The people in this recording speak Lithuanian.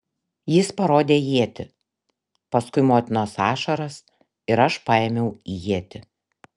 jis parodė ietį paskui motinos ašaras ir aš paėmiau ietį